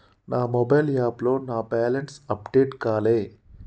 నా మొబైల్ యాప్లో నా బ్యాలెన్స్ అప్డేట్ కాలే